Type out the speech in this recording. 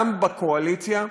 גם בקואליציה,